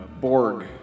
Borg